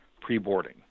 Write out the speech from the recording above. pre-boarding